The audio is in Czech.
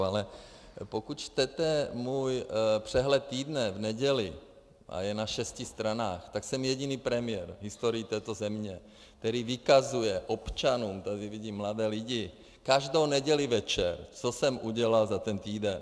Ale pokud čtete můj přehled týdne, v neděli je na šesti stranách, tak jsem jediný premiér v historii této země, který vykazuje občanům, tady vidím mladé lidi, každou neděli večer, co jsem udělal za ten týden.